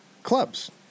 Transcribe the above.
Clubs